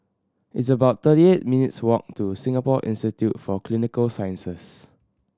it's about thirty eight minutes' walk to Singapore Institute for Clinical Sciences